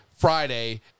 Friday